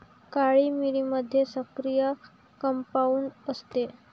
काळी मिरीमध्ये सक्रिय कंपाऊंड असते